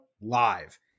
live